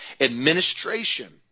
Administration